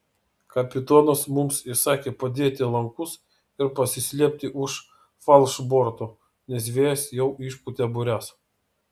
kapitonas mums įsakė padėti lankus ir pasislėpti už falšborto nes vėjas jau išpūtė bures